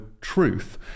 truth